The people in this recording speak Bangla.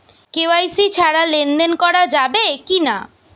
কে.ওয়াই.সি ছাড়া লেনদেন করা যাবে কিনা?